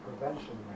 prevention